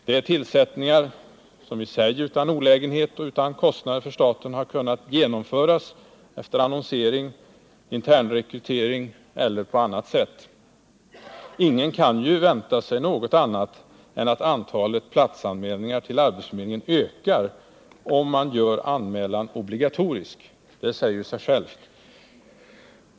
Det är tillsättningar som i sig utan olägenhet och utan kostnader för staten har kunnat genomföras efter annonsering, internrekrytering eller på annat sätt. Ingen kan ju vänta sig något annat än att antalet platsanmälningar till arbetsförmedlingen ökar om man gör anmälan obligatorisk. Det säger sig ju självt!